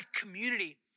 community